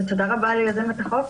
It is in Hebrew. ותודה רבה ליוזמת החוק,